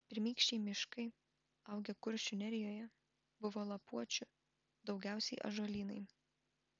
pirmykščiai miškai augę kuršių nerijoje buvo lapuočių daugiausiai ąžuolynai